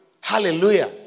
Hallelujah